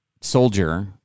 soldier